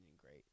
great